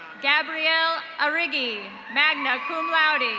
gabrielle arigi, magna cum laude.